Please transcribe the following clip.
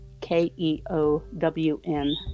K-E-O-W-N